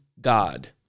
God